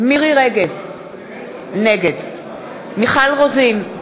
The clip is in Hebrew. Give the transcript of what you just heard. מירי רגב, נגד מיכל רוזין,